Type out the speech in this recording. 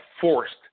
forced